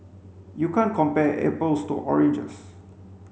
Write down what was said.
you can't compare apples to oranges